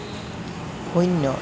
শূন্য